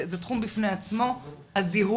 זה תחום בפני עצמו, הזיהוי.